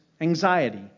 anxiety